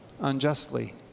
unjustly